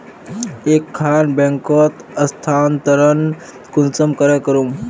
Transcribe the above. एक खान बैंकोत स्थानंतरण कुंसम करे करूम?